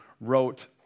wrote